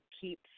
Keep